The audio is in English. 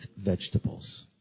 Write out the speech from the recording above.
vegetables